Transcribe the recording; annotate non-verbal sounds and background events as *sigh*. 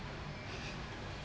*laughs*